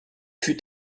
fut